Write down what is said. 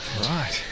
Right